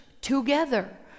together